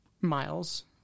miles